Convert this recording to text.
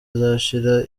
izashira